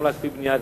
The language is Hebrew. חבר הכנסת כץ.